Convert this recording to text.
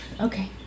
Okay